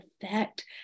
effect